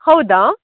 ಹೌದಾ